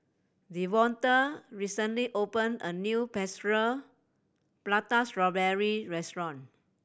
Devonta recently opened a new Prata Strawberry restaurant